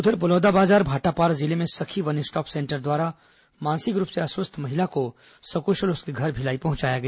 उधर बलौदाबाजार भाटापारा जिले में सखी वन स्टॉप सेंटर द्वारा मानसिक रूप से अस्वस्थ महिला को सकूशल उसके घर भिलाई पहुंचाया गया